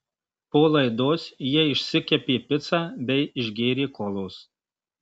po laidos jie išsikepė picą bei išgėrė kolos